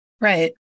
Right